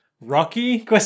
Rocky